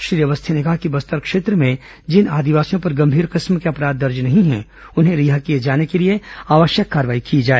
श्री अवस्थी ने कहा कि बस्तर क्षेत्र में जिन आदिवासियों पर गंभीर किस्म के अपराध दर्ज नहीं है उन्हें रिहा किए जाने के लिए आवश्यक कार्रवाई की जाए